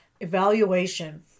Evaluation